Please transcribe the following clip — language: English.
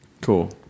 Cool